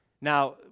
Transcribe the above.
Now